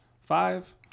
five